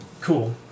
cool